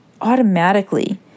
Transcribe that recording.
automatically